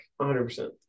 100%